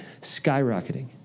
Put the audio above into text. skyrocketing